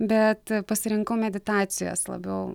bet pasirinkau meditacijas labiau